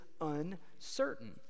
uncertain